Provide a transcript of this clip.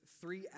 three